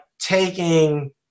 taking